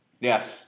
Yes